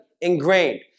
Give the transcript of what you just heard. ingrained